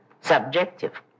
subjective